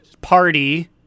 party